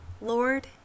Lord